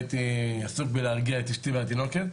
הייתי עסוק בלהרגיע את אשתי והתינוקת.